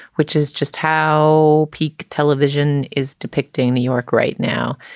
which is just how peak television. is depicting new york right now,